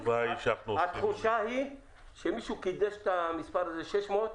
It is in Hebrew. התחושה היא שמישהו קידש את המספר 600,